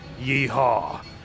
Yeehaw